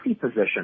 position